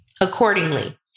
Accordingly